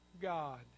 God